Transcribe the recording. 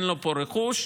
אין לו פה רכוש,